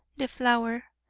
the flower,